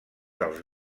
dels